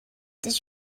did